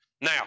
Now